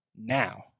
now